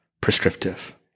prescriptive